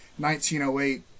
1908